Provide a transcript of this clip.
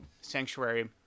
Sanctuary